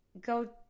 Go